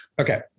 Okay